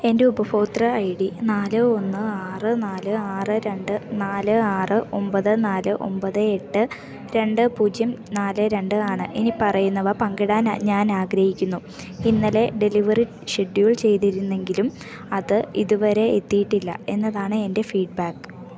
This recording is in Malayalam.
എൻ്റെ ഉപഭോക്തൃ ഐ ഡി നാല് ഒന്ന് ആറ് നാല് ആറ് രണ്ട് നാല് ആറ് ഒമ്പത് നാല് ഒമ്പത് എട്ട് രണ്ട് പൂജ്യം നാല് രണ്ട് ആണ് ഇനിപ്പറയുന്നവ പങ്കിടാൻ ഞാനാഗ്രഹിക്കുന്നു ഇന്നലെ ഡെലിവറി ഷെഡ്യൂൾ ചെയ്തിരുന്നെങ്കിലും അത് ഇതുവരെ എത്തിയിട്ടില്ല എന്നതാണ് എൻ്റെ ഫീഡ്ബാക്ക്